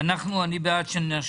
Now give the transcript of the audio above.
"מכל